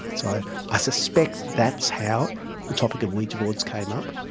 so i suspect that's how the topic of ouija boards came up